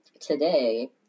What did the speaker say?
Today